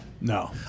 No